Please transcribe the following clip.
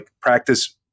practice